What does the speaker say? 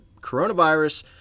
coronavirus